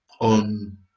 on